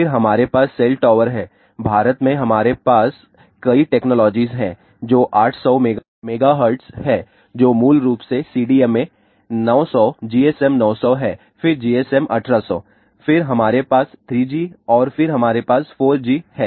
फिर हमारे पास सेल टॉवर हैं भारत में हमारे पास कई टेक्नोलॉजीज हैं जो 800 MHz हैं जो मूल रूप से CDMA 900 GSM 900 है फिर GSM 1800 फिर हमारे पास 3G और फिर हमारे पास 4G हैं